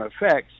effects